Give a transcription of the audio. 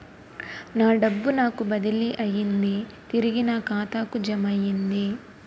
నా డబ్బు నాకు బదిలీ అయ్యింది తిరిగి నా ఖాతాకు జమయ్యింది